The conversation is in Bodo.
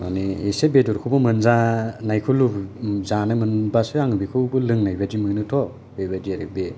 मानि बेदरखौबो एसे मोनजानायखौ लुबैयो जानो मोनबासो लोंनायबादि मोनोथ बेबायदि आरो बे